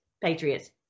patriots